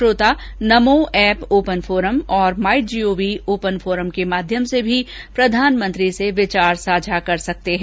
श्रोता NaMo app open forum और my G O V open forum के माध्यम से भी प्रधानमंत्री से विचार साझा कर सकते हैं